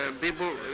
people